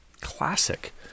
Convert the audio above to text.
classic